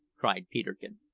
cried peterkin.